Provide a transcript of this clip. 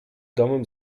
domem